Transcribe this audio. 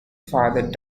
father